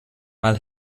mal